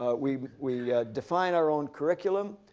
ah we we define our own curriculum.